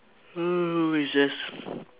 uh it's just